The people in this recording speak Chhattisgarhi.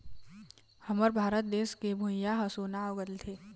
हमर भारत देस के भुंइयाँ ह सोना उगलथे